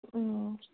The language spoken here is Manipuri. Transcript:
ꯎꯝ